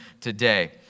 today